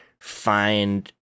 find